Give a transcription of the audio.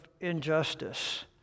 injustice